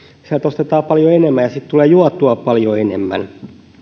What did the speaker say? sieltä ostetaan paljon enemmän ja sitten tulee juotua paljon enemmän